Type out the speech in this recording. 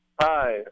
Hi